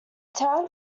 town